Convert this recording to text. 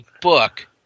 book